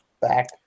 back